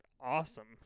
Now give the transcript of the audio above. awesome